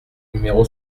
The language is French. numéro